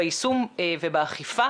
ביישום ובאכיפה.